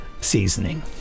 seasoning